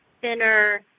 thinner